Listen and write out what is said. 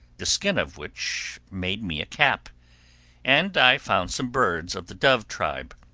the skin of which made me a cap and i found some birds of the dove tribe,